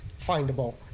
findable